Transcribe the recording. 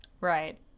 Right